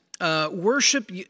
Worship